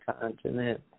continent